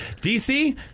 DC